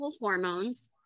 Hormones